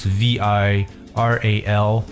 viral